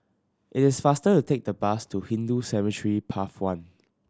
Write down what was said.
it is faster to take the bus to Hindu Cemetery Path One